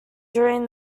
during